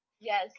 Yes